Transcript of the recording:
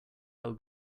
how